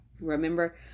Remember